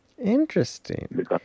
Interesting